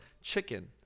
chicken